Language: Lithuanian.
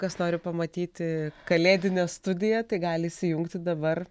kas nori pamatyti kalėdinę studiją tai gali įsijungti dabar